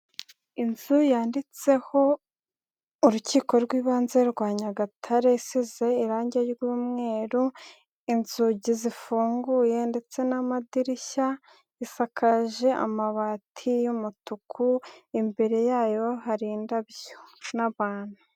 Inzu yanditseho '''urukiko rw'ibanze rwa Nyagatare',' isize irangi ry'umweru, inzugi zifunguye ndetse n'amadirishya, isakaje amabati y'umutuku, imbere yayo hari indabyo n'abantu.